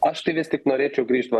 aš tai vis tik norėčiau grįžt na